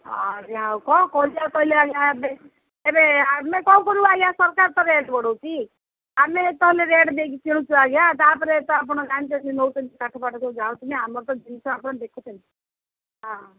ହଁ ଯାହା ହଉ କ'ଣ କରିବା କହିଲେ ଆଜ୍ଞା ଏବେ ଏବେ ଆମେ କ'ଣ କରିବୁ ଆଜ୍ଞା ସରକାର ତ ରେଟ୍ ବଢ଼ଉଛି ଆମେ ତ ହେଲେ ରେଟ୍ ଦେଇକି କିଣୁଛୁ ଆଜ୍ଞା ତାପରେ ତ ଆପଣ ଜାଣିଛନ୍ତି ନେଉଛନ୍ତି କାଠ ଫାଠ ସବୁ ଜାଳୁଛନ୍ତି ଆମର ତ ଜିନିଷ ଆପଣ ଦେଖୁଛନ୍ତି ହଁ